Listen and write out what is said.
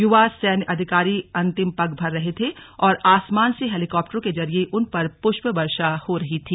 युवा सैन्य अधिकारी अंतिम पग भर रहे थे और आसमान से हेलीकाप्टरों के जरिये उन पर प्रष्प वर्षा हो रही थी